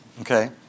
Okay